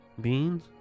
Beans